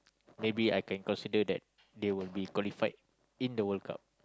maybe I can consider that they will be qualified in the World-Cup